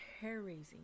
hair-raising